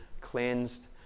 cleansed